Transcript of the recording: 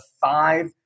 five